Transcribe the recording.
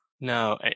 No